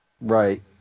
Right